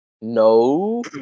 No